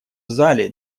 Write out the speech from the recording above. зале